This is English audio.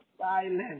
silent